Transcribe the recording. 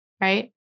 right